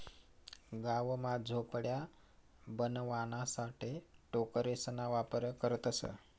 गाव मा झोपड्या बनवाणासाठे टोकरेसना वापर करतसं